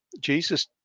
Jesus